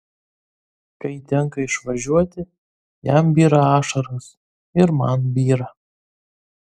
kai tenka išvažiuoti jam byra ašaros ir man byra